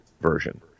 version